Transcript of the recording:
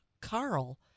Carl